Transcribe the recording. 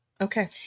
Okay